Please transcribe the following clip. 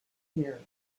here